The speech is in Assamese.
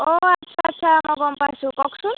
অঁ আচ্ছা আচ্ছা গম পাইছোঁ কওকচোন